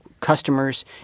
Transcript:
customers